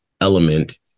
element